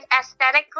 aesthetically